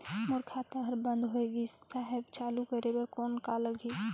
मोर खाता हर बंद होय गिस साहेब चालू करे बार कौन का लगही?